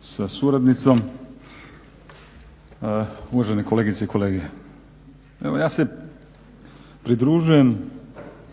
sa suradnicom, uvažene kolegice i kolege. Evo ja se pridružujem